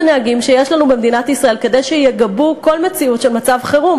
מספר הנהגים שיש לנו במדינת ישראל כדי לגבות כל מציאות של מצב חירום.